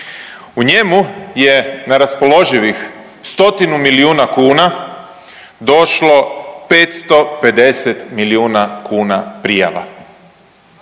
U njemu je na raspoloživih 100 milijuna kuna došlo 550 milijuna kuna prijava.